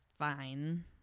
fine